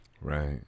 Right